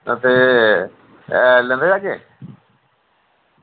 हां ते एह् लैंदे जाह्गे